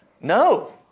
no